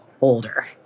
older